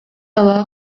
ала